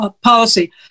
policy